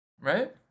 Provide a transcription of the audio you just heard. Right